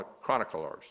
chroniclers